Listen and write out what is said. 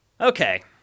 Okay